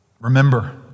Remember